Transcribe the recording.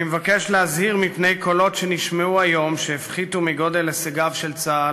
אני מבקש להזהיר מפני קולות שנשמעו היום והפחיתו מגודל הישגיו של צה"ל